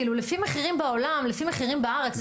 כאילו, לפי מחירים בעולם, לפי מחירים בארץ.